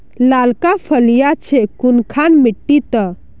लालका फलिया छै कुनखान मिट्टी त?